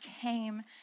came